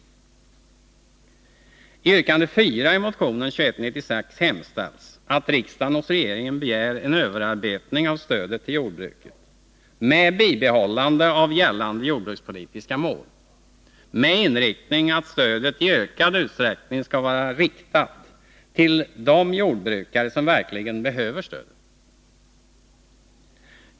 I yrkandet 4 i motion 2196 hemställs att riksdagen hos regeringen begär en överarbetning av stödet till jordbruket med bibehållande av gällande jordbrukspolitiska mål, med inriktning att stödet i ökad utsträckning skall vara riktat till jordbrukare som verkligen behöver stödet.